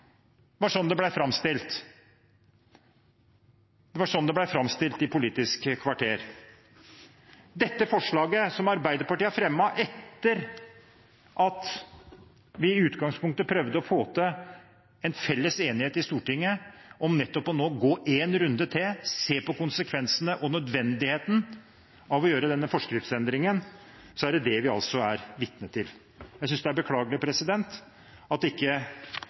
Det var slik det ble framstilt i Politisk kvarter. Arbeiderpartiet fremmet forslaget etter at vi i utgangspunktet hadde prøvd å få til en felles enighet i Stortinget om å gå en runde til og se på konsekvensene og nødvendigheten av å gjøre denne forskriftsendringen, og så blir vi altså vitne til dette. Jeg synes det er beklagelig at ikke